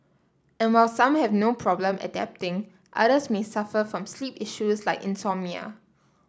and while some have no problem adapting others may suffer from sleep issues like insomnia